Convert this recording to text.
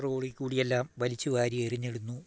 റോഡിൽ കൂടിയെല്ലാം വലിച്ച് വാരിയെറിഞ്ഞിടുന്നു